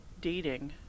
dating